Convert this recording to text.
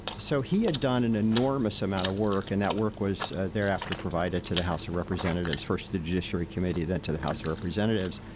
so he had done an enormous amount of work and that work was thereafter provided to the house of representatives, first the judiciary committee, then to the house of representatives.